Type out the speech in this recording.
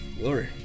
glory